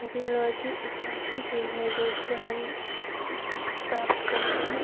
technology एक ऐसी चीज़ है जिससे हम प्राप्त करके हम